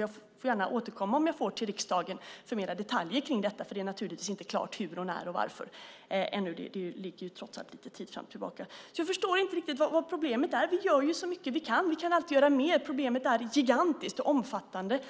Jag kan gärna återkomma om jag får till riksdagen med mer detaljer kring detta, för det är naturligtvis ännu inte klart hur, när och varför, för det ligger lite fram i tiden. Jag förstår inte riktigt vad problemet är. Vi gör så mycket vi kan, och vi kan alltid göra mer. Problemet är gigantiskt omfattande.